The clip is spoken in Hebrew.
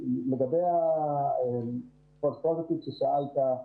לגבי התשובות החיוביות ששאלת,